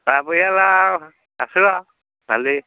তাৰ পৰিয়াল আৰু আছোঁ আৰু ভালেই